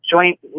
joint